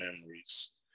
memories